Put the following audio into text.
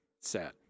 Sad